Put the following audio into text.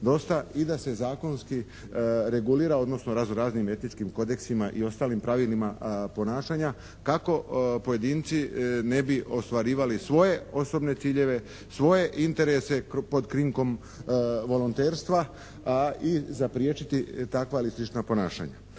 i da se zakonski regulira odnosno razno-raznim etičkim kodeksima i ostalim pravilima ponašanja kako pojedinci ne bi ostvarivali svoje osobne ciljeve, svoje interese pod krinkom volonterstva i zapriječiti takva i slična ponašanja.